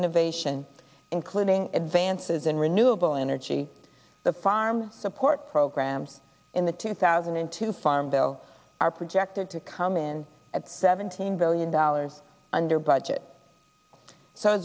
innovation including advances in renewable energy the farm support programs in the two thousand and two farm bill are projected to come in at seventeen billion dollars under budget so